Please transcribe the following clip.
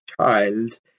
child